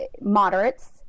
moderates